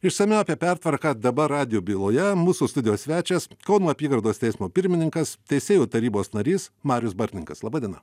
išsamiau apie pertvarką dabar radijo byloje mūsų studijos svečias kauno apygardos teismo pirmininkas teisėjų tarybos narys marius bartninkas laba diena